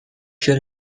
shall